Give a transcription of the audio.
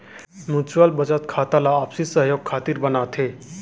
mutual बचत खाता ला आपसी सहयोग खातिर बनाथे